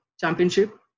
championship